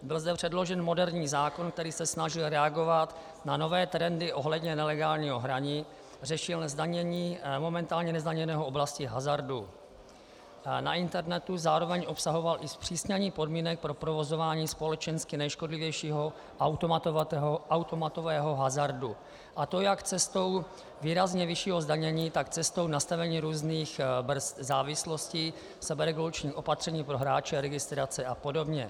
Byl zde předložen moderního zákon, který se snažil reagovat na nové trendy ohledně nelegálního hraní, řešil zdanění momentálně nezdaněné oblasti hazardu na internetu, zároveň obsahoval i zpřísnění podmínek pro provozování společensky nejškodlivějšího automatového hazardu, a to jak cestou výrazně vyššího zdanění, tak cestou nastavení různých brzd závislostí, seberegulačních opatření pro hráče, registrace apod.